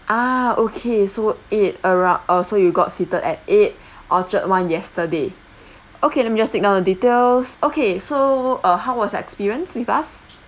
ah okay so eight arou~ oh so you got seated at eight orchard [one] yesterday okay let me just take down the details okay so uh how was your experience with us